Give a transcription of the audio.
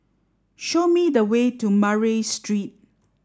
show me the way to Murray Street